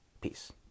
peace